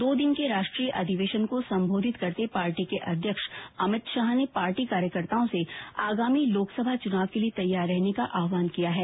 दो दिन के राष्ट्रीय अधिवेशन को संबोधित करते पार्टी के अध्यक्ष अमित शाह ने पार्टी कार्यकर्ताओं से आगामी लोकसभा चुनाव के लिए तैयार रहने का आह्वान किया है